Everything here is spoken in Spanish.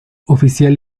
oficial